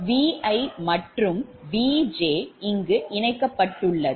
Vi மற்றும் Vj இங்கு இணைக்கப்பட்டுள்ளது